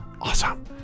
Awesome